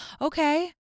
okay